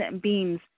beams